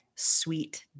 sweet